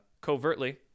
covertly